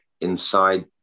inside